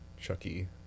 Chucky